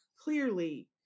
clearly